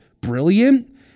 brilliant